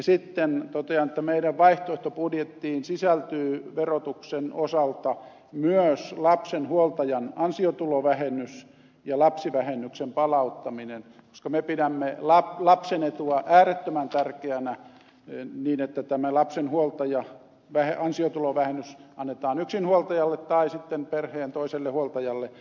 sitten totean että meidän vaihtoehtobudjettiin sisältyy verotuksen osalta myös lapsen huoltajan ansiotulovähennys ja lapsivähennyksen palauttaminen koska me pidämme lapsen etua äärettömän tärkeänä niin että tämä lapsen huoltajan ansiotulovähennys annetaan yksinhuoltajalle tai sitten perheen toiselle huoltajalle